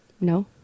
No